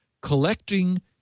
collecting